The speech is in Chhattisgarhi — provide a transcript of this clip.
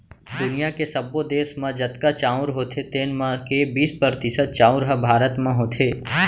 दुनियॉ के सब्बो देस म जतका चाँउर होथे तेन म के बीस परतिसत चाउर ह भारत म होथे